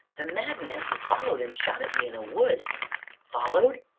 the madman who followed and shot at me in a wood followed?